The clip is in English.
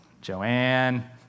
Joanne